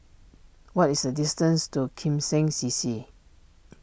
what is the distance to Kim Seng C C